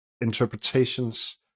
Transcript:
interpretations